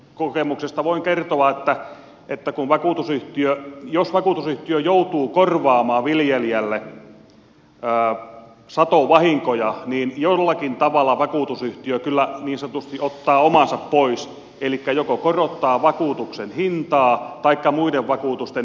kokemuksesta voin kertoa että jos vakuutusyhtiö joutuu korvaamaan viljelijälle satovahinkoja niin jollakin tavalla vakuutusyhtiö kyllä niin sanotusti ottaa omansa pois elikkä joko korottaa vakuutuksen hintaa taikka muiden vakuutusten hintaa